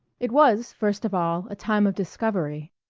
it was, first of all, a time of discovery.